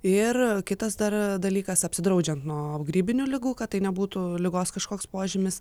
ir kitas dar dalykas apsidraudžiant nuo grybinių ligų kad tai nebūtų ligos kažkoks požymis